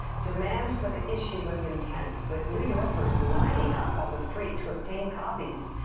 demand for the issue was intense with new yorkers lining up on the street to obtain copies.